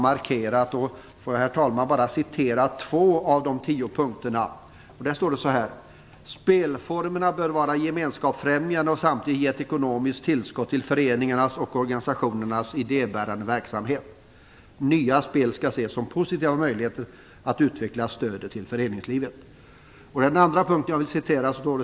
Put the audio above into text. Låt mig citera två av de tio punkterna i detta dokument: "Spelformerna bör vara gemenskapsfrämjande och samtidigt ge ett ekonomiskt tillskott till föreningarnas och organisationernas idébärande verksamhet. Nya spel skall ses som positiva möjligheter att utveckla stödet till föreningslivet.